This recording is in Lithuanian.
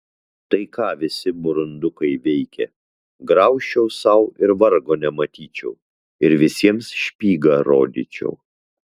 tai ką visi burundukai veikia graužčiau sau ir vargo nematyčiau ir visiems špygą rodyčiau